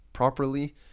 properly